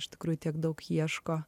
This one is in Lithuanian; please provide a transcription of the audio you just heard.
iš tikrųjų tiek daug ieško